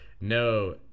No